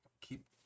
keep